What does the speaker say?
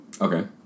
Okay